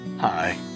Hi